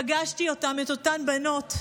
פגשתי אותן, את אותן בנות,